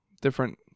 different